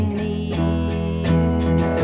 need